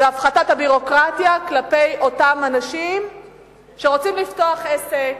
והפחתת הביורוקרטיה כלפי אותם אנשים שרוצים לפתוח עסק,